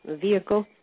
Vehicle